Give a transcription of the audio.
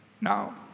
now